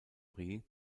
prix